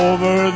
Over